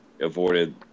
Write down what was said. avoided